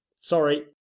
Sorry